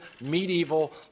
medieval